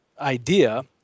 idea